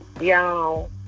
Y'all